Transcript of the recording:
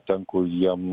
ten kur jiem